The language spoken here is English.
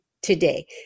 Today